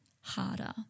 harder